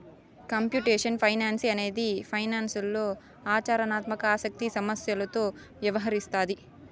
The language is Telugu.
కంప్యూటేషనల్ ఫైనాన్స్ అనేది ఫైనాన్స్లో ఆచరణాత్మక ఆసక్తి సమస్యలతో వ్యవహరిస్తాది